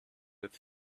with